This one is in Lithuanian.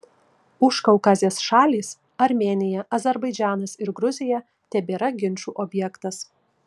užkaukazės šalys armėnija azerbaidžanas ir gruzija tebėra ginčų objektas